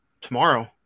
tomorrow